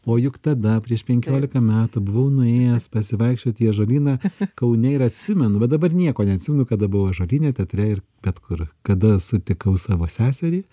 o juk tada prieš penkiolika metų buvau nuėjęs pasivaikščiot į ąžuolyną kaune ir atsimenu bet dabar nieko neatsimenu kada buvau ąžuolyne teatre ir bet kur kada sutikau savo seserį